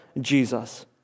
Jesus